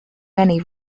many